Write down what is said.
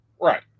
Right